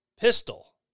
pistol